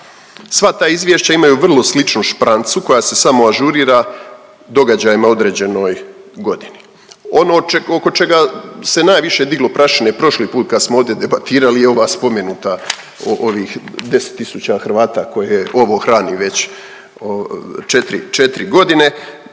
Sva ta izvješća imaju vrlo sličnu šprancu koja se samo ažurira događajima u određenoj godini. Ono oko čega se najviše diglo prašine prošli put kad smo ovdje debatirali je ova spomenuta, ovih 10 tisuća Hrvata koje ovo hrani već 4, 4.g.